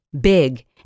big